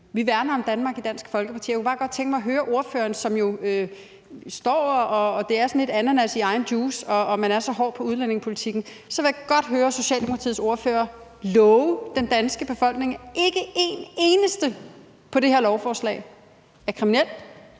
Vi værner om Danmark i Dansk Folkeparti. Jeg kunne bare godt tænke mig, når nu ordføreren står der og det er lidt ananas i egen juice og man er så hård på udlændingepolitikken, at høre Socialdemokratiets ordfører love den danske befolkning, at ikke en eneste på det her lovforslag er kriminel,